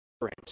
current